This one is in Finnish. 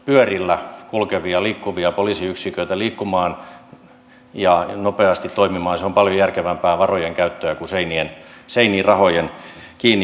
pyörillä kulkevia liikkuvia poliisiyksiköitä liikkumaan ja nopeasti toimimaan se on paljon järkevämpää varojen käyttöä kuin seiniin rahojen kiinni pistäminen